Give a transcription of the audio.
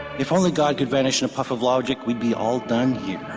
if only god could vanish in a puff of logic we'd be all done here.